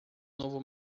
novo